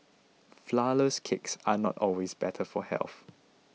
Flourless Cakes are not always better for health